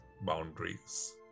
boundaries